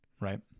Right